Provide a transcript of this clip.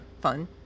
fun